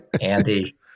Andy